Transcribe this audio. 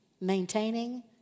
maintaining